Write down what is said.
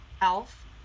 Elf